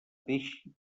deixi